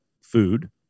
food